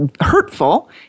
hurtful